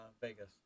Vegas